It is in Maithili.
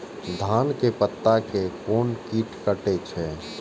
धान के पत्ता के कोन कीट कटे छे?